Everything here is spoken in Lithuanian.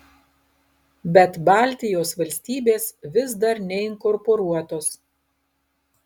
bet baltijos valstybės vis dar neinkorporuotos